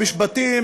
המשפטים,